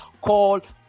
called